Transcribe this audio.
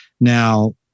now